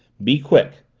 be quick.